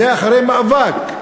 זה אחרי מאבק,